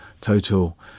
total